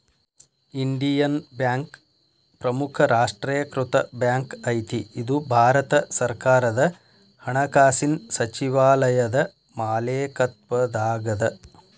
Indian bank ಪ್ರಮುಖ ರಾಷ್ಟ್ರೇಕೃತ bank ಐತಿ ಇದು ಭಾರತ ಸರ್ಕಾರದ ಹಣಕಾಸಿನ್ ಸಚಿವಾಲಯದ ಮಾಲೇಕತ್ವದಾಗದ